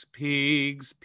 pigs